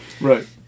Right